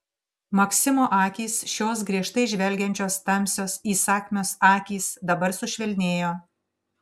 maksimo akys šios griežtai žvelgiančios tamsios įsakmios akys dabar sušvelnėjo